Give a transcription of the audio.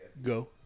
Go